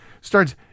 Starts